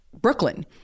Brooklyn